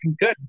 good